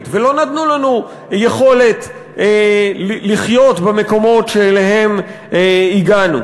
ולא נתנו לנו יכולת לחיות במקומות שאליהם הגענו.